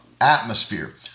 atmosphere